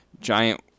Giant